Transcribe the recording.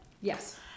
Yes